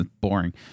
boring